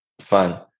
fun